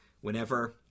whenever